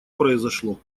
произошло